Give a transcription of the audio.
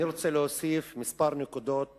אני רוצה להוסיף כמה נקודות